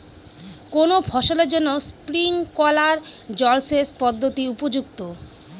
কোন ফসলের জন্য স্প্রিংকলার জলসেচ পদ্ধতি উপযুক্ত?